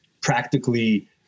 practically